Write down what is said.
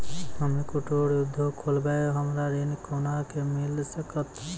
हम्मे कुटीर उद्योग खोलबै हमरा ऋण कोना के मिल सकत?